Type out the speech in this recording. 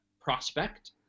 prospect